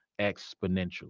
exponentially